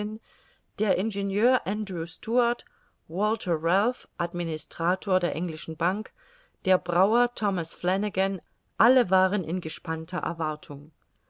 der ingenieur andrew stuart walther ralph administrator der englischen bank der brauer thomas flanagan alle waren in gespannter erwartung